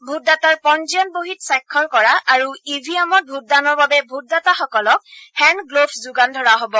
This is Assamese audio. ভোটদাতাৰ পঞ্জীয়ন বহীত স্বাক্ষৰ কৰা আৰু ইভিএমত ভোটদানৰ বাবে ভোটদাতাসকলক হেণ্ড গ্ৰ'ভছ্ যোগান ধৰা হ'ব